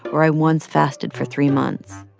or i once fasted for three months.